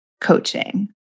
coaching